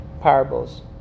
parables